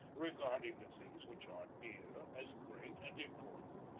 regarding the things which are near as great and important,